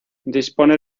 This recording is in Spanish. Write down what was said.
dispone